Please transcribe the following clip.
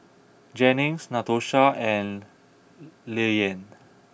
Jennings Natosha and Lilyan